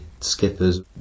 skippers